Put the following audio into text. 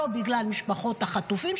לא בגלל משפחות החטופים,